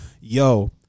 Yo